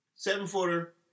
Seven-footer